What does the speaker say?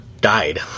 died